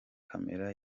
camera